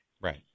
Right